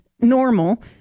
normal